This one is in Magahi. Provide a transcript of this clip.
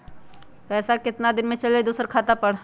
पैसा कितना दिन में चल जाई दुसर खाता पर?